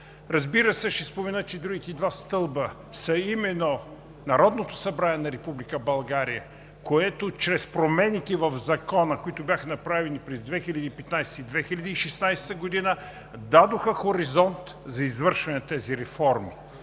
тази реформа. Ще спомена, че другите два стълба са именно Народното събрание на Република България, което чрез промените в Закона, които бяха направени през 2015 и 2016 г., дадоха хоризонт за извършване на тези реформи,